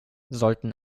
sollten